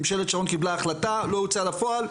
ממשלת שרון קיבלה החלטה, לא הוצא לפועל.